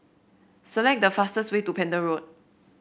select the fastest way to Pender Road